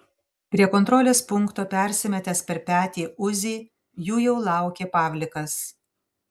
prie kontrolės punkto persimetęs per petį uzi jų jau laukė pavlikas